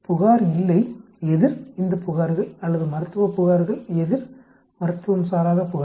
புகார் இல்லை எதிர் இந்த புகார்கள் அல்லது மருத்துவ புகார்கள் எதிர் மருத்துவம் சாராத புகார்கள்